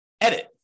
edit